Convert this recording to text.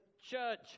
church